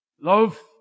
Love